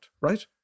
right